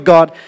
God